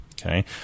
Okay